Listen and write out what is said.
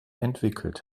entwickelt